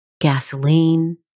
gasoline